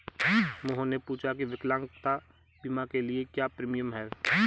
मोहन ने पूछा की विकलांगता बीमा के लिए क्या प्रीमियम है?